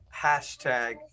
hashtag